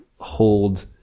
hold